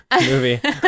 movie